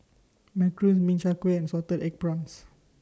Macarons Min Chiang Kueh and Salted Egg Prawns